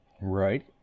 Right